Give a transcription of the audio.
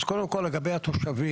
אז קודם כל לגבי התושבים,